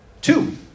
two